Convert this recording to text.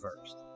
first